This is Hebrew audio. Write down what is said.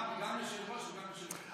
גם היושב-ראש וגם יושב-הראש.